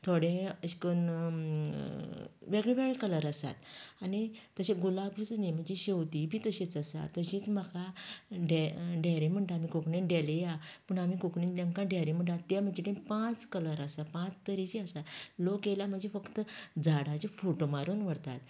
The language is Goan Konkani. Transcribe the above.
थोडे अशेंं करून वेगळ्या वेगळ्या कलर आसात आनी तशेंच गुलाबूच न्ही शेंवतींय तशींच आसात तशींच म्हाका डेरें म्हणटात न्ही कोंकणीत डेलिया पूण आमी कोंकणीत आमी तेंका डेरें म्हणटात ते म्हजे कडेन पांच कलर आसात पांच तरेचे आसात लोक येयल्यार म्हजें फक्त झाडांचे फोटो मारून व्हरतात